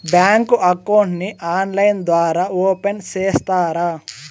Bank account ని online ద్వారా open సేస్తారా?